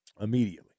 immediately